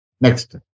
Next